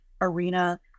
arena